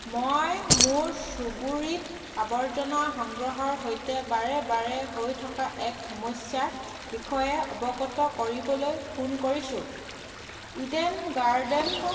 মই মোৰ চুবুৰীত আৱৰ্জনা সংগ্ৰহৰ সৈতে বাৰে বাৰে হৈ থকা এক সমস্যাৰ বিষয়ে অৱগত কৰিবলৈ ফোন কৰিছোঁ ইডেন গাৰ্ডেনত